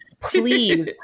Please